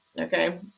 okay